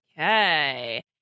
Okay